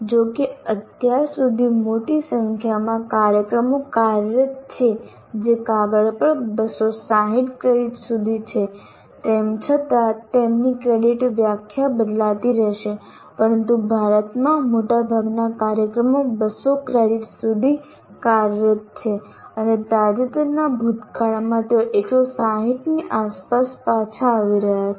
જો કે અત્યાર સુધી મોટી સંખ્યામાં કાર્યક્રમો કાર્યરત છે જે કાગળ પર 260 ક્રેડિટ સુધી છે તેમ છતાં તેમની ક્રેડિટ વ્યાખ્યા બદલાતી રહેશે પરંતુ ભારતમાં મોટાભાગના કાર્યક્રમો 200 ક્રેડિટ્સ સુધી કાર્યરત છે અને તાજેતરના ભૂતકાળમાં તેઓ 160 ની આસપાસ પાછા આવી રહ્યા છે